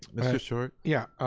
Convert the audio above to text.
mr. short. yeah,